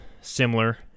similar